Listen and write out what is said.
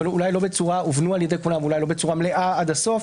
אבל אולי לא הובנו על-ידי כולם בצורה מלאה עד הסוף.